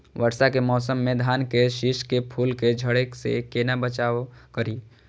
वर्षा के मौसम में धान के शिश के फुल के झड़े से केना बचाव करी?